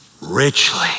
richly